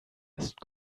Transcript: ist